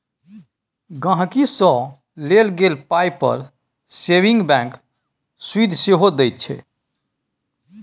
गांहिकी सँ लेल गेल पाइ पर सेबिंग बैंक सुदि सेहो दैत छै